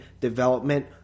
Development